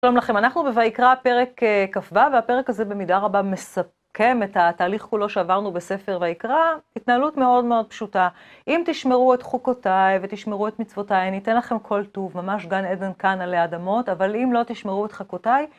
שלום לכם, אנחנו בויקרא פרק כ"ו, והפרק הזה במידה רבה מסכם את התהליך כולו שעברנו בספר ויקרא. התנהלות מאוד מאוד פשוטה, אם תשמרו את חוקותיי ותשמרו את מצוותיי, אני אתן לכם כל טוב, ממש גן עדן כאן עלי אדמות, אבל אם לא תשמרו את חקותיי,